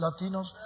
Latinos